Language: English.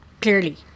clearly